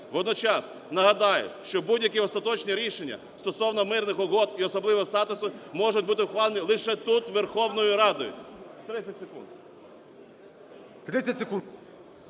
Водночас нагадаю, що будь-які остаточні рішення стосовно мирних угод і особливого статусу можуть бути ухвалені лише тут Верховною Радою.